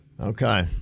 Okay